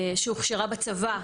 שהוכשרה בצבא,